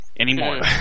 anymore